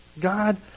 God